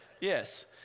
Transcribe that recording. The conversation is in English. Yes